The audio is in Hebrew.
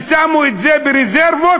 ושמו את זה ברזרבות,